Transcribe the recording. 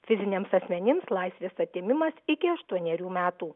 fiziniams asmenims laisvės atėmimas iki aštuonerių metų